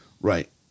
Right